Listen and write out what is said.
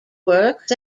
works